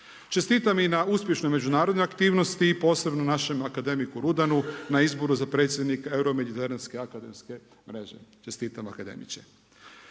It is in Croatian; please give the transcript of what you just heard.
Čestitam i na uspješnoj međunarodnoj aktivnosti i posebno našem akademiku Rudanu na izboru predsjednika euro mediteranske akademske mreže. Čestitam akademiče.